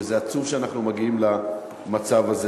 וזה עצוב שאנחנו מגיעים למצב הזה.